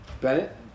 Bennett